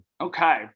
Okay